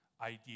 idea